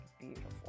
beautiful